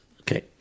Okay